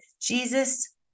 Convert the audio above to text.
Jesus